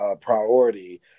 priority